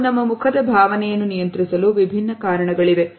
ನಾವು ನಮ್ಮ ಮುಖದ ಭಾವನೆಯನ್ನು ನಿಯಂತ್ರಿಸಲು ವಿಭಿನ್ನ ಕಾರಣಗಳಿವೆ